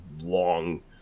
long